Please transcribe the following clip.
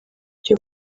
byo